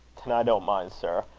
then i don't mind, sir.